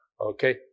okay